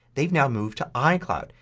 they've now moved to icloud.